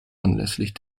anlässlich